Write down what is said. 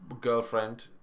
girlfriend